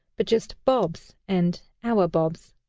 but just bobs and our bobs.